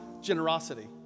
generosity